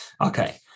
Okay